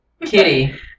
kitty